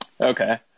Okay